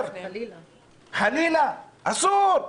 חלילה, אסור.